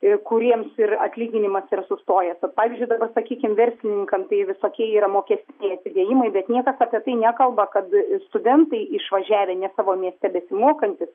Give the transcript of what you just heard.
ir kuriems ir atlyginimas yra sustojęs tad pavyzdžiui dabar sakykim verslininkam tai visokie yra mokestiniai atidėjimai bet niekas apie tai nekalba kad studentai išvažiavę ne savo mieste besimokantys